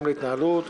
גם להתנהלות,